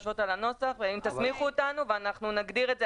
אם תסמיכו אותנו אנחנו נגדיר את זה,